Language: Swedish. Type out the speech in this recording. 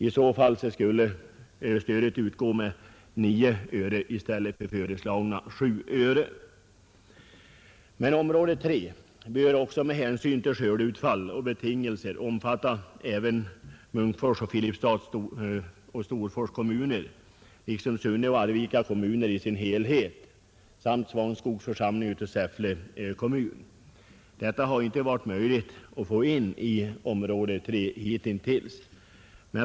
I så fall skulle stödet utgå med 9 öre i stället för 7 öre. Område III bör emellertid också med hänsyn till skördeutfall och andra betingelser omfatta även Munkfors, Filipstads och Storfors kommuner liksom Sunne och Arvika kommuner i sin helhet samt Svanskogs församling av Säffle kommun, Det har hittills inte varit möjligt att få in dessa i område III.